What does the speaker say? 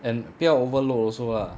and 不要 overload also lah